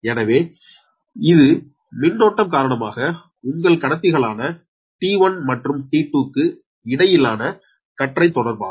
எனவே இது மின்சாரம் காரணமாக உங்கள் கடத்திகளான T1 மற்றும் T2 க்கு இடையிலான கற்றைத் தொடர்பாகும்